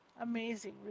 Amazing